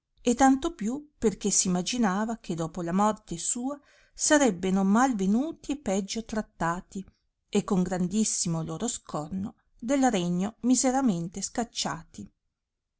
e tanto più perchè s imaginava che dopo la morte sua sarebbeno mal veduti e peggio trattati e con grandissimo loro scorno del regno miseramente scacciati